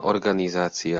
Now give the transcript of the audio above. organizácia